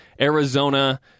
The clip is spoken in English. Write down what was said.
Arizona